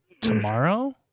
tomorrow